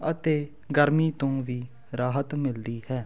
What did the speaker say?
ਅਤੇ ਗਰਮੀ ਤੋਂ ਵੀ ਰਾਹਤ ਮਿਲਦੀ ਹੈ